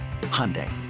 Hyundai